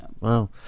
Wow